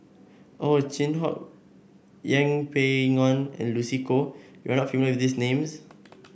Ow Chin Hock Yeng Pway Ngon and Lucy Koh you are not familiar with these names